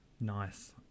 Nice